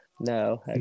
No